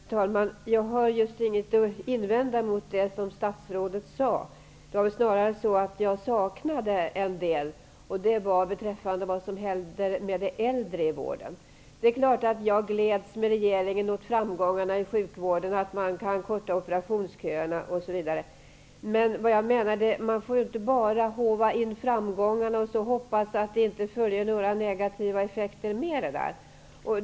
Herr talman! Jag har just ingenting att invända emot det som statsrådet sade. Det är snarare så att jag saknade en del, nämligen vad som händer med de äldre i vården. Jag gläds naturligtvis med regeringen åt framgångarna i sjukvården, att man har kunnat korta operationsköerna osv. Men man får inte bara håva in framgångarna och hoppas att det inte får några negativa följder.